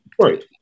Right